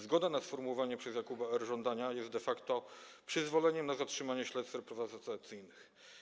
Zgoda na sformułowanie przez Jakuba R. żądania jest de facto przyzwoleniem na zatrzymanie śledztw reprywatyzacyjnych.